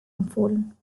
empfohlen